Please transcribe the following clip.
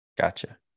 gotcha